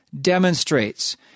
demonstrates